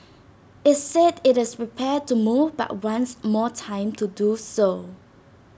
IT said IT is prepared to move but wants more time to do so